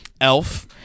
Elf